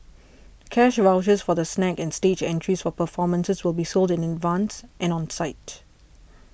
cash vouchers for the snacks and stage entries for performances will be sold in advance and on site